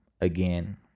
again